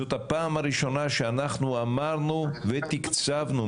זאת הפעם הראשונה שאנחנו אמרנו ותקצבנו,